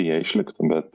jei išliktų bet